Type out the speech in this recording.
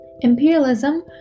imperialism